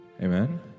Amen